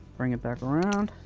bring it back around.